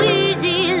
easy